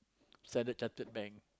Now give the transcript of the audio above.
Standard-Chartered Bank